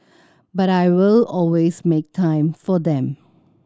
but I will always make time for them